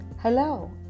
Hello